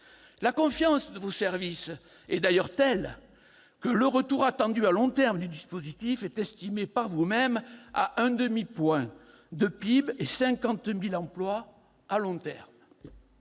La confiance de vos services est d'ailleurs telle que le retour attendu à long terme du dispositif est estimé à 0,5 point de PIB et 50 000 emplois. Par